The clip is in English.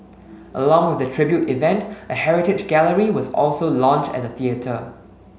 along with the tribute event a heritage gallery was also launch at the theatre